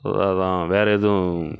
அதான் வேறு எதுவும்